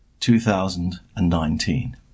2019